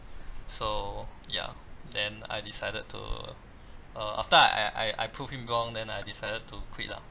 so ya then I decided to uh after I I I prove him wrong then I decided to quit lah